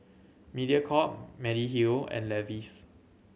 Mediacorp Mediheal and Levi's